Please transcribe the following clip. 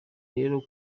rero